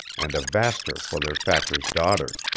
and a vaster for their factor's daughter.